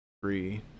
three